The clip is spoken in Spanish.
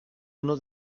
uno